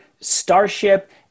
Starship